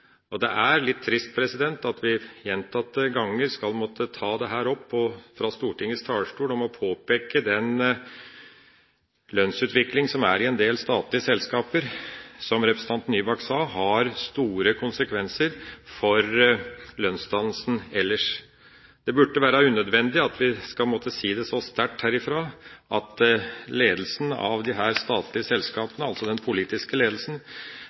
Det er litt trist at vi gjentatte ganger skal måtte ta dette opp fra Stortingets talerstol og påpeke at den lønnsutvikling som er i en del statlige selskaper, som representanten Nybakk sa, har store konsekvenser for lønnsdannelsen ellers. Det burde være unødvendig at vi skal måtte si det så sterkt herfra at ledelsen av disse statlige selskapene – den politiske ledelsen